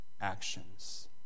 actions